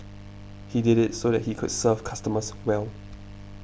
he did it so that he could serve customers well